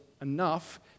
enough